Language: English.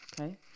Okay